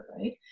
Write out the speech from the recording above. right